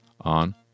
on